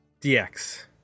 DX